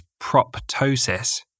proptosis